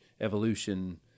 evolution